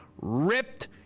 ripped